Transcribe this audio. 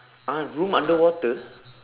!huh! room underwater